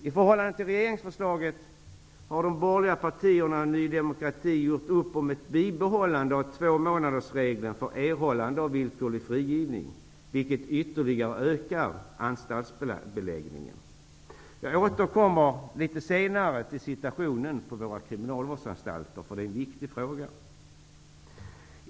I förhållande till regeringsförslaget har de borgerliga partierna och Ny demokrati gjort upp om ett bibehållande av tvåmånadersregeln för erhållande av villkorlig frigivning, vilket ytterligare ökar anstaltsbeläggningen. Jag återkommer senare till situationen på kriminalvårdsanstalterna, som är en viktig fråga.